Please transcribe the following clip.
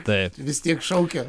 taip vis tiek šaukia